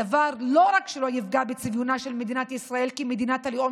הדבר לא רק שלא יפגע בצביונה של מדינת ישראל כמדינת הלאום